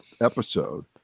episode